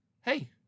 hey